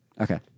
Okay